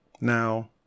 Now